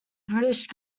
british